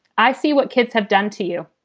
i see what kids have done to you